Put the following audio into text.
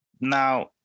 Now